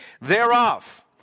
thereof